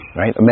right